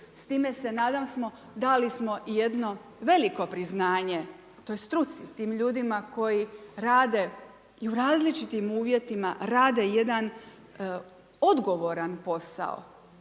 s time se nadam se, dali smo jedno veliko priznanje toj struci, tim ljudima koji rade i u različitim uvjetima, rade jedan odgovoran posao,